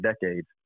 decades